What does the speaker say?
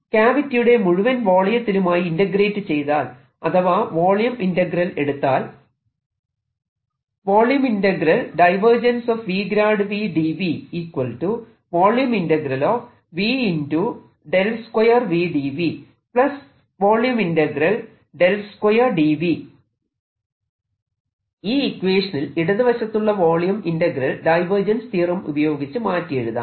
ക്യാവിറ്റിയുടെ മുഴുവൻ വോളിയത്തിലുമായി ഇന്റഗ്രേറ്റ് ചെയ്താൽ അഥവാ വോളിയം ഇന്റഗ്രൽ എടുത്താൽ ഈ ഇക്വേഷനിൽ ഇടതുവശത്തുള്ള വോളിയം ഇന്റഗ്രൽ ഡൈവേർജെൻസ് തിയറം ഉപയോഗിച്ച് മാറ്റി എഴുതാം